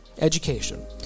education